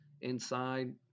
inside